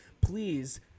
please